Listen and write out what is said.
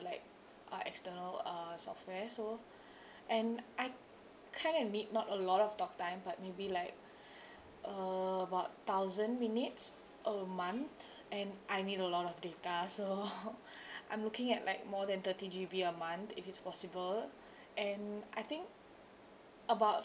like uh external uh software so and I kind of need not a lot of talk time but maybe like about thousand minutes a month and I need a lot of data so I'm looking at like more than thirty G_B a month if it's possible and I think about